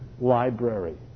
library